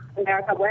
America